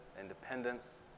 independence